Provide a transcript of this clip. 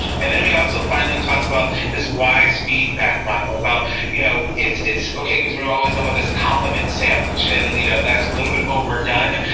and then we also finally talked about this wise feedback model about you know it's it's okay because we've always known about this compliment sandwich and you know that's a little bit overdone,